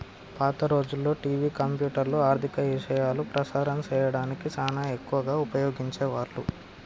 పాత రోజుల్లో టివి, కంప్యూటర్లు, ఆర్ధిక ఇశయాలు ప్రసారం సేయడానికి సానా ఎక్కువగా ఉపయోగించే వాళ్ళు